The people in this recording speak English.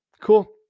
cool